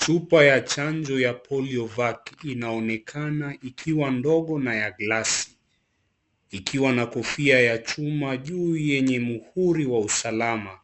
Chupa ya chanjo ya Polio vac inaonekana ikiwa ndogo na ya glasi ikiwa na kofia ya chuma juu yenye muhuri wa usalama